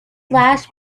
flash